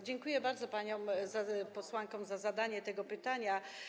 Dziękuję bardzo paniom posłankom za zadanie tego pytania.